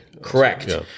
Correct